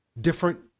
different